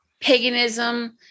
paganism